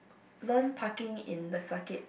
learn parking in the circuit